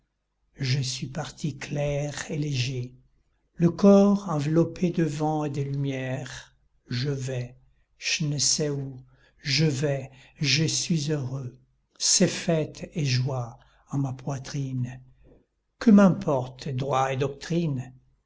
je suis parti clair et léger le corps enveloppé de vent et de lumière je vais je ne sais où je vais je suis heureux c'est fête et joie en ma poitrine que m'importent droits et doctrines